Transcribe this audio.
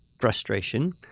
frustration